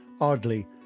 Oddly